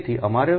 તેથી અમારી